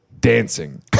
dancing